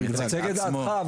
אתה מייצג את דעתך,